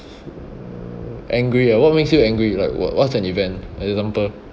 mm angry ah what makes you angry like what what's an event example